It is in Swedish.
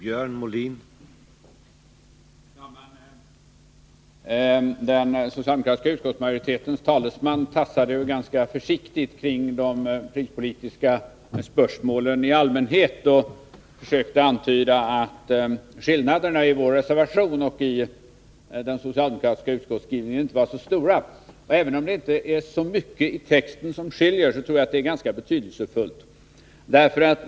Herr talman! Den socialdemokratiska utskottsmajoritetens talesman tassade ju ganska försiktigt kring de prispolitiska spörsmålen i allmänhet och försökte antyda att skillnaderna mellan vår reservation och den socialdemokratiska utskottsskrivningen inte var så stora. Även om det inte är så mycket i texten som skiljer tror jag att det är ganska betydelsefullt.